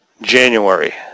January